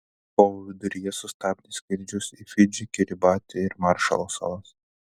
kovo viduryje sustabdė skrydžius į fidžį kiribatį ir maršalo salas